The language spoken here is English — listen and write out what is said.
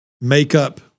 makeup